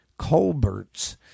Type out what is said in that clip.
Colberts